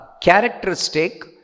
characteristic